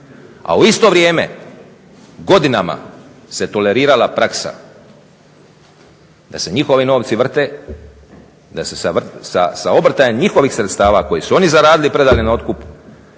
A u isto vrijeme godinama se tolerirala praksa da se njihovi novci vrte, da se sa obrtajem njihovih sredstava koji su oni zaradili i predali na otkup